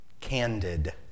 Candid